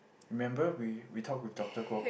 remember we we talked to doctor Kwok